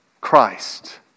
Christ